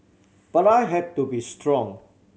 but I had to be strong